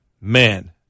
man